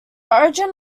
origin